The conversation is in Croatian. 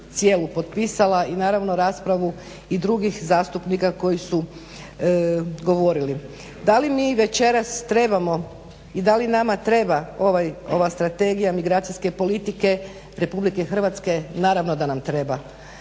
cijelu potpisala i naravno raspravu i drugih zastupnika koji su govorili. Da li mi večeras trebamo i da li nama treba ova Strategija migracijske politike RH? naravno da nam treba.